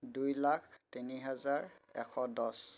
দুই লাখ তিনি হাজাৰ এশ দহ